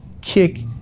kick